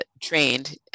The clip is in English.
trained